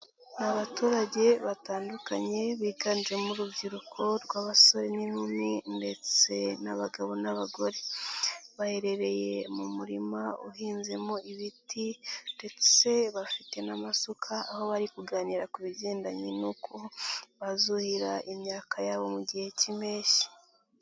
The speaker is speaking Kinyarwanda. Abaturage batandukanye biganjemo urubyiruko rw'abasore n'inkumi ndetse n'abagabo n'abagore, baherereye mu murima uhinzemo ibiti ndetse bafite n'amasuka aho bari kuganira ku bigendanye n'uko bazuhira imyaka yabo mu gihe k'impeshyi.